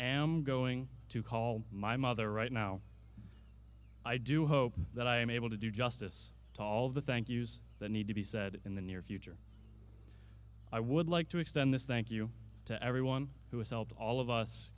am going to call my mother right now i do hope that i am able to do justice to all of the thank you's that need to be said in the near future i would like to extend this thank you to everyone who has helped all of us